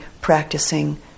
practicing